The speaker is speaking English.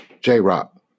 J-Rock